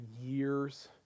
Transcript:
years